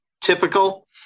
typical